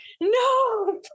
No